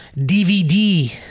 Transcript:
DVD